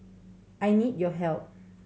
I need your help